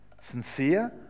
Sincere